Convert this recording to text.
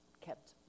kept